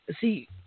See